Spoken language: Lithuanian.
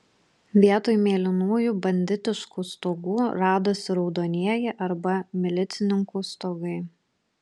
vietoj mėlynųjų banditiškų stogų radosi raudonieji arba milicininkų stogai